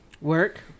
Work